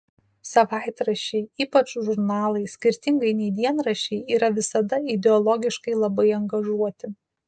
savaitraščiai ypač žurnalai skirtingai nei dienraščiai yra visada ideologiškai labai angažuoti